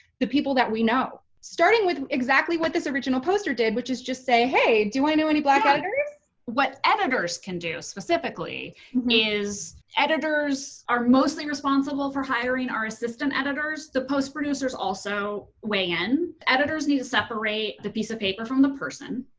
the people that we know. starting with exactly what this original poster did which is just say hey do i know any black editors? rs what editors can do specifically is editors are mostly responsible for hiring our assistant editors, the post producers also weigh in. editors need to separate the piece of paper from the person.